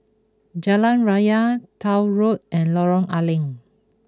Jalan Raya Tuah Road and Lorong A Leng